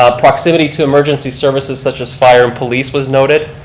ah proximity to emergency services, such as fire and police, was noted.